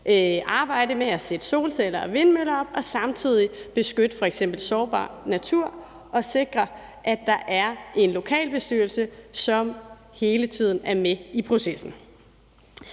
arbejde med at sætte solceller og vindmøller op og samtidig beskytte f.eks. sårbar natur og sikre, at der er en lokalbestyrelse, som hele tiden er med i processen.